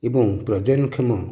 ଏବଂ ପ୍ରଜୟନ କ୍ଷମ